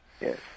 yes